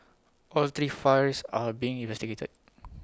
all three fires are being investigated